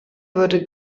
würde